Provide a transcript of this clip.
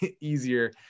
easier